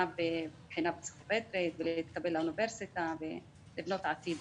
בבחינה הפסיכומטרית ולהתקבל לאוניברסיטה ולבנות עתיד.